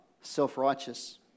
self-righteous